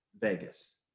Vegas